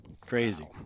Crazy